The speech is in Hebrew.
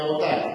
רבותי.